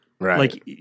Right